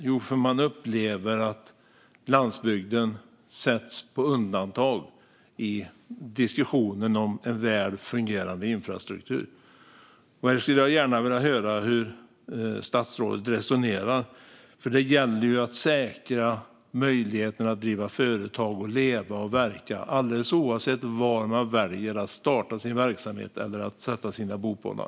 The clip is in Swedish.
Jo, hon upplevde att landsbygden sätts på undantag i diskussionen om en väl fungerande infrastruktur. Jag vill gärna höra hur statsrådet resonerar. Det gäller att säkra möjligheterna att driva företag och att leva och verka, oavsett var man väljer att starta sin verksamhet eller sätta sina bopålar.